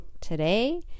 today